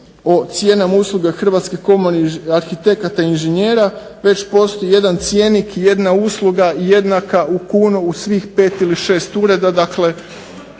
o cijenama usluga Hrvatskih komornih arhitekata i inženjera već postoji jedan cjenik i jedna usluga jednaka u kunu u svih 5 ili 6 ureda. Dakle